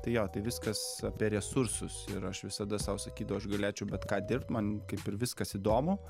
tai jo tai viskas apie resursus ir aš visada sau sakydau aš galėčiau bet ką dirbt man kaip ir viskas įdomu